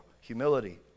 humility